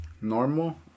normal